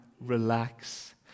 relax